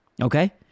Okay